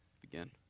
begin